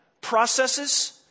processes